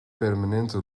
permanente